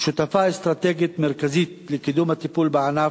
שותפה אסטרטגית מרכזית לקידום הטיפול בענף.